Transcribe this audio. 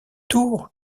tour